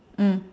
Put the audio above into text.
mm